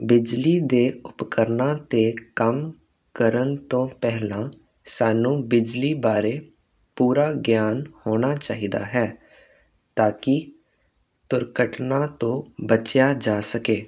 ਬਿਜਲੀ ਦੇ ਉਪਕਰਨਾ ਤੇ ਕੰਮ ਕਰਨ ਤੋਂ ਪਹਿਲਾਂ ਸਾਨੂੰ ਬਿਜਲੀ ਬਾਰੇ ਪੂਰਾ ਗਿਆਨ ਹੋਣਾ ਚਾਹੀਦਾ ਹੈ ਤਾਂ ਕੀ ਦੁਰਘਟਨਾ ਤੋਂ ਬਚਿਆ ਜਾ ਸਕੇ